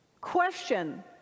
question